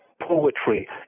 poetry